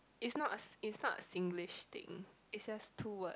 is not a is not a Singlish thing it's just two word